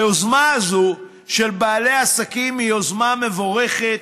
היוזמה הזאת של בעלי עסקים היא יוזמה מבורכת,